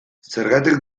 zergatik